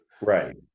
right